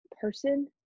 person